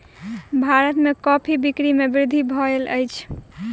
भारत में कॉफ़ी के बिक्री में वृद्धि भेल अछि